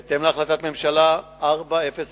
בהתאם להחלטת הממשלה 404,